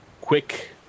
quick